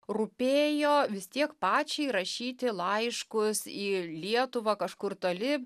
rūpėjo vis tiek pačiai rašyti laiškus į lietuvą kažkur toli